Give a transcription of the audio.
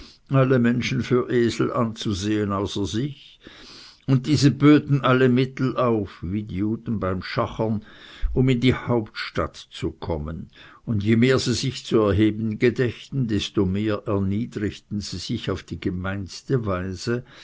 alle menschen für esel anzusehen außer sich und diese böten alle mittel auf wie die juden beim schachern um in die hauptstadt zu kommen und je mehr sie sich zu erheben gedächten desto mehr erniedrigten sie sich auf die gemeinste weise